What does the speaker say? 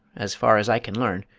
as far as i can learn,